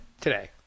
today